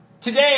Today